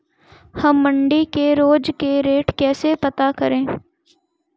हम मंडी के रोज के रेट कैसे पता करें?